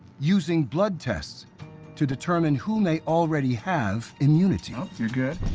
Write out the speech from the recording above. using blood tests to determine who may already have immunity? oh, you're good.